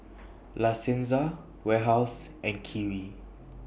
La Senza Warehouse and Kiwi